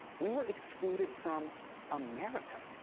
we were excluded from america.